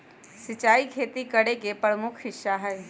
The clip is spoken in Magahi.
सिंचाई खेती करे के प्रमुख हिस्सा हई